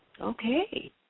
Okay